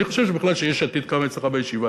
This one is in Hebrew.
אני חושב בכלל שיש עתיד קמה אצלך בישיבה,